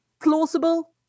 plausible